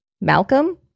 Malcolm